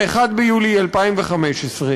ב-1 ביולי 2015,